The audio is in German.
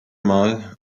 mal